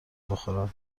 بخورن